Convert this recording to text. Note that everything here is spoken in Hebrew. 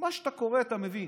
מה שאתה קורא, אתה מבין.